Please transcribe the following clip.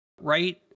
Right